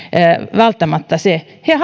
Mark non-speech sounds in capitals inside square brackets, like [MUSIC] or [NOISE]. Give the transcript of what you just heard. välttämättä se he [UNINTELLIGIBLE]